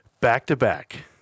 Back-to-back